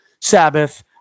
Sabbath